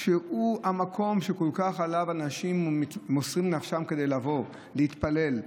שהוא המקום שעליו אנשים מוסרים נפשם כדי לבוא להתפלל,